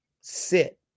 sit